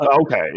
Okay